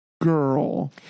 girl